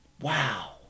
Wow